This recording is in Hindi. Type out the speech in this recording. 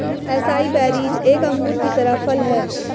एसाई बेरीज एक अंगूर की तरह फल हैं